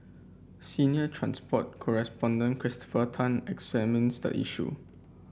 senior transport correspondent Christopher Tan examines the issue